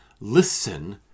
listen